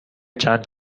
چند